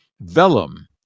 vellum